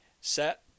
set